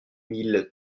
mille